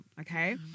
okay